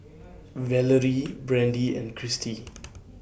Valorie Brandee and Christy